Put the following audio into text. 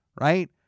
Right